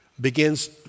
begins